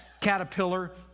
caterpillar